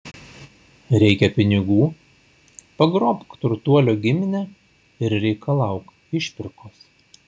reikia pinigų pagrobk turtuolio giminę ir reikalauk išpirkos